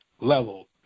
level